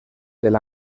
del